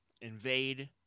Invade